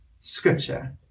scripture